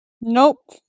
Nope